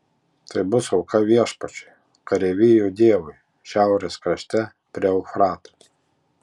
tai bus auka viešpačiui kareivijų dievui šiaurės krašte prie eufrato